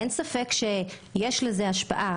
אין ספק שיש לזה השפעה,